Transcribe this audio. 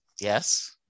yes